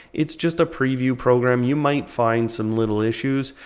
it's just a preview program, you might find some little issues,